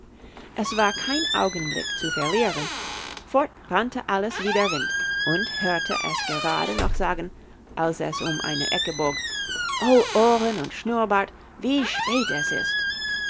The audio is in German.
es war kein augenblick zu verlieren fort rannte alice wie der wind und hörte es gerade noch sagen als es um eine ecke bog o ohren und schnurrbart wie spät es ist